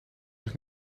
zich